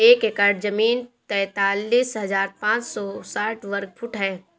एक एकड़ जमीन तैंतालीस हजार पांच सौ साठ वर्ग फुट है